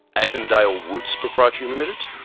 avondale woods proprietary limited?